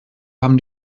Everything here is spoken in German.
haben